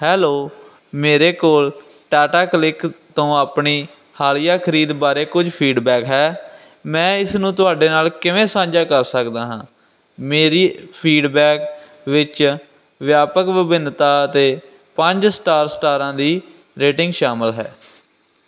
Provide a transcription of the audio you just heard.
hello ਮੇਰੇ ਕੋਲ Tata CLiQ ਤੋਂ ਆਪਣੀ ਹਾਲੀਆ ਖਰੀਦ ਬਾਰੇ ਕੁਝ ਫੀਡਬੈਕ ਹੈ ਮੈਂ ਇਸ ਨੂੰ ਤੁਹਾਡੇ ਨਾਲ ਕਿਵੇਂ ਸਾਂਝਾ ਕਰ ਸਕਦਾ ਹਾਂ ਮੇਰੇ ਫੀਡਬੈਕ ਵਿੱਚ ਵਿਆਪਕ ਵਿਭਿੰਨਤਾ ਅਤੇ ਪੰਜ ਸਟਾਰ ਸਟਾਰਾਂ ਦੀ ਰੇਟਿੰਗ ਸ਼ਾਮਲ ਹੈ